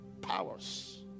powers